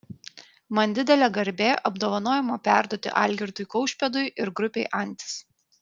man didelė garbė apdovanojimą perduoti algirdui kaušpėdui ir grupei antis